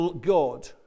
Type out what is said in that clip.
God